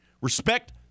Respect